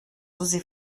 oser